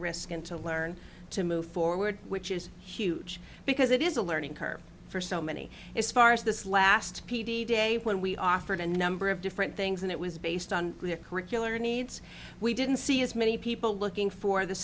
risk and to learn to move forward which is huge because it is a learning curve for so many as far as this last p d day when we offered a number of different things and it was based on curricular needs we didn't see as many people looking for the